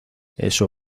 eso